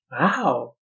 Wow